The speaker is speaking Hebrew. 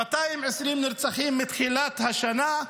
220 נרצחים מתחילת השנה,